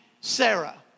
Sarah